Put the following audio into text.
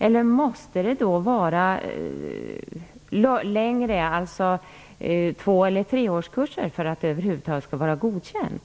Eller måste det vara längre kurser, två eller treårskurser, för att det över huvud taget skall vara godkänt?